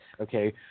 okay